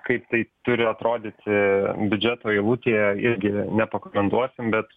kaip tai turi atrodyti biudžeto eilutėje irgi nepakomentuosim bet